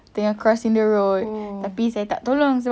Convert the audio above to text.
tengah crossing the road tapi saya tak tolong sebab